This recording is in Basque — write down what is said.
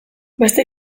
beste